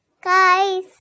guys